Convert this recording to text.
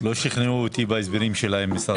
לא שכנעו אותי בהסברים שלהם, משרד האוצר.